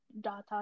data